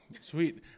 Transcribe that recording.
sweet